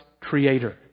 creator